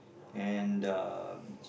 and uh